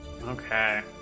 okay